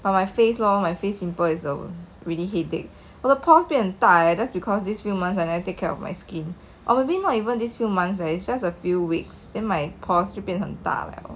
but my face lor my face pimple is the really headache 我的 pores 变很大 leh that's because these few months I never take care of my skin or maybe not even these few months eh it's just a few weeks then my pores 就变很大